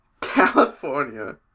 California